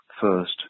first